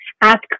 ask